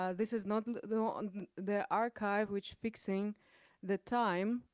um this is not the not and the archive, which fixing the time